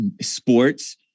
sports